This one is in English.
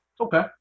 Okay